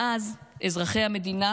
מאז, אזרחי המדינה